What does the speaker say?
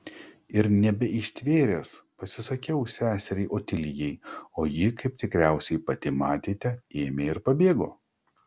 ir nebeištvėręs pasisakiau seseriai otilijai o ji kaip tikriausiai pati matėte ėmė ir pabėgo